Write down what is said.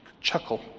chuckle